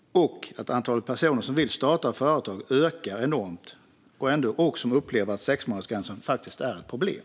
Antalet personer som vill starta företag ökar ju enormt, och de upplever att sexmånadersgränsen är ett problem.